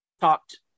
talked